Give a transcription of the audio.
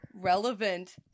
Relevant